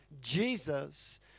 Jesus